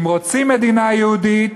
אם רוצים מדינה יהודית,